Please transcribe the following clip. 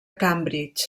cambridge